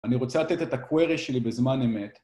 אני רוצה לתת את הקוארי שלי בזמן אמת.